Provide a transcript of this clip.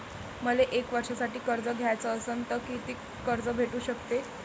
मले एक वर्षासाठी कर्ज घ्याचं असनं त कितीक कर्ज भेटू शकते?